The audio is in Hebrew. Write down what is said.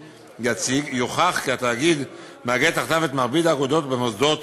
יציג יוכח כי התאגיד מאגד תחתיו את מרבית האגודות במוסדות